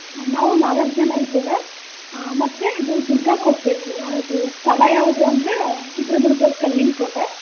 ನಾವು ನಾಲ್ಕು ಜನ ಇದ್ದೇವೆ ಮತ್ತು ಇದು ದುರ್ಗಕ್ಕೆ ಹೋಗಬೇಕು ಅದು ಸ್ಥಳ ಯಾವುದು ಅಂದರೆ ಚಿತ್ರದುರ್ಗದ ಕಲ್ಲಿನ ಕೋಟೆ